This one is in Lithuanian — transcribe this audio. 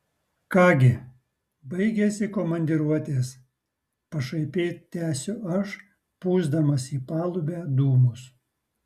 ką gi baigėsi komandiruotės pašaipiai tęsiu aš pūsdamas į palubę dūmus